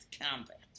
combat